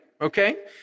okay